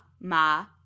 Ma